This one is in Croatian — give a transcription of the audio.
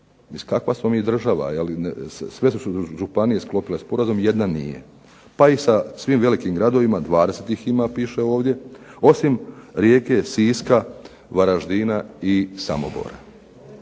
Kakva smo mi država, sve su županije sklopile sporazum, jedna nije. Pa i sa svim velikim gradovima, 20 ih ima piše ovdje, osim Rijeke, Siska, Varaždina i Samobora.